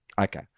Okay